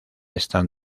están